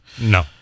No